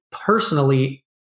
personally